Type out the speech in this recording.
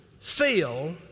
feel